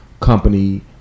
company